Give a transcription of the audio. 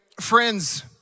friends